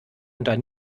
unter